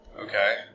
Okay